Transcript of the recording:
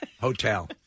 Hotel